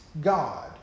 God